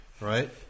right